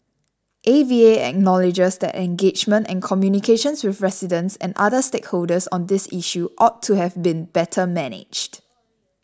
A V A acknowledges that engagement and communications with residents and other stakeholders on this issue ought to have been better managed